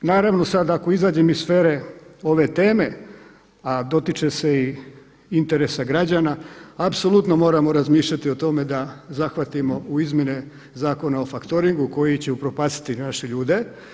Naravno sada ako izađem iz sfere ove teme, a dotiče se i interesa građana, apsolutno moramo razmišljanja o tome da zahvatimo u izmjene Zakona o faktoringu koji će upropastiti naše ljude.